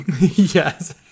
Yes